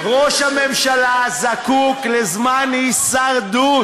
ראש הממשלה זקוק לזמן הישרדות,